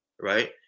right